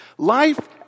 Life